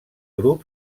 grup